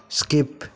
skip